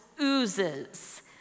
oozes